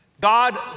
God